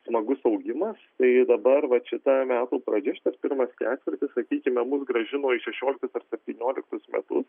smagus augimas tai dabar vat šita metų pradžia šitas pirmas ketvirtis sakykime mus grąžino į šešioliktus septynioliktus metus